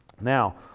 Now